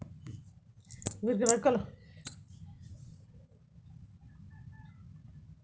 Current అకౌంట్కి credit card ఇత్తే అది పని చేత్తదా?